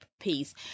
peace